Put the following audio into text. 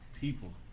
people